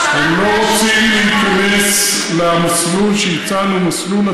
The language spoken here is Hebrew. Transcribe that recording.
אבל בוועדה היום שמענו 168. הם לא רוצים להיכנס למסלול שהצענו,